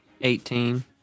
Eighteen